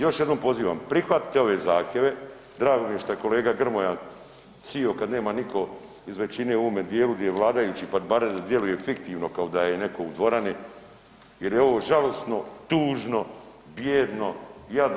Još jednom pozivam, prihvatite ove zahtjeve, drago mi je šta je kolega Grmoja sijo kad nema niko iz većine u ovome dijelu di je vladajući, pa barem da djeluje fiktivno kao da je neko u dvorani jer je ovo žalosno, tužno, bjedno, jadno.